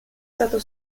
stato